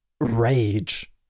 rage